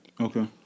Okay